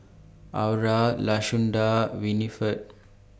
Aura Lashunda and Winifred